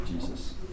Jesus